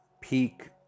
peak